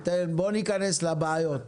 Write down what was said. בוא ניכנס לבעיות.